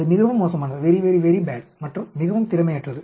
அது மிகவும் மோசமானது மற்றும் மிகவும் திறமையற்றது